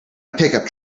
pickup